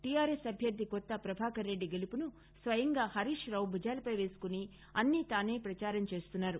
TRS అభ్యర్థి కొత్త ప్రభాకర్ రెడ్డి గెలుపు ను స్వయంగా హరీష్ రావు భుజాలపై పేసుకోని అన్ని తానై ప్రచారం చేస్తున్నారు